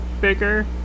bigger